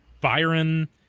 Byron